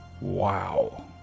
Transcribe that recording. Wow